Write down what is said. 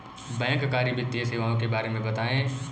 बैंककारी वित्तीय सेवाओं के बारे में बताएँ?